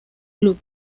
club